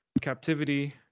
captivity